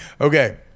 Okay